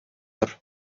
тор